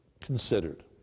considered